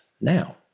now